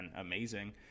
amazing